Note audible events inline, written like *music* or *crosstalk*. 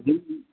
*unintelligible*